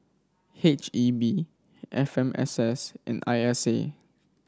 H E B F M S S and I S A